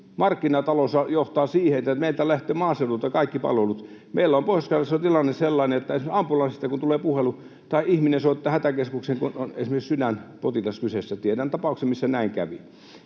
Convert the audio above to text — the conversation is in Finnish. markkinataloushan johtaa siihen, että meiltä lähtevät maaseudulta kaikki palvelut. Meillä on Pohjois-Karjalassa jo tilanne sellainen, että esimerkiksi ambulanssista kun tulee puhelu tai ihminen soittaa hätäkeskukseen, kun on esimerkiksi sydänpotilas kyseessä — tiedän tapauksen, missä näin kävi